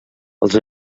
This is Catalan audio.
els